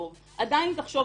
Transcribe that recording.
מדי.